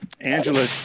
Angela